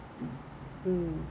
usually 我会读 reviews eh